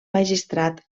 magistrat